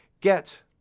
get